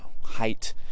height